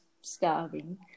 starving